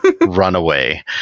runaway